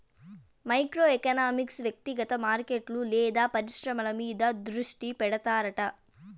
micro economics వ్యక్తిగత మార్కెట్లు లేదా పరిశ్రమల మీద దృష్టి పెడతాడట